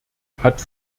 hat